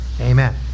Amen